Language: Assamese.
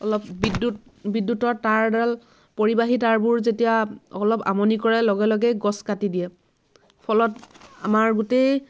অলপ বিদ্যুত বিদ্যুতৰ তাঁৰ ডাল পৰিবাহী তাঁৰবোৰ যেতিয়া অলপ আমনি কৰে লগে লগেই গছ কাটি দিয়ে ফলত আমাৰ গোটেই